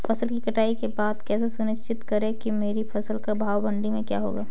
फसल की कटाई के बाद कैसे सुनिश्चित करें कि मेरी फसल का भाव मंडी में क्या होगा?